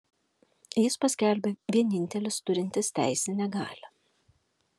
jis paskelbė vienintelis turintis teisinę galią